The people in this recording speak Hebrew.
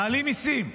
מעלים מיסים,